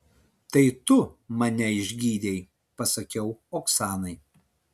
tai tu mane išgydei pasakiau oksanai